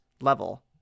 level